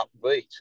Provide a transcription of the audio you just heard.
upbeat